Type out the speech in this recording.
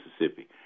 Mississippi